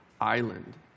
island